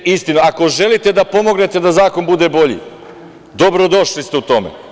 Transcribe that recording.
Ako želite da pomognete da zakon bude bolji, dobro došli ste u tome.